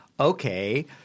Okay